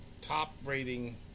top-rating